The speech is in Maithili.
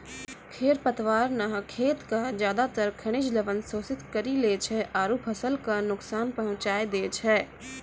खर पतवार न खेत के ज्यादातर खनिज लवण शोषित करी लै छै आरो फसल कॅ नुकसान पहुँचाय दै छै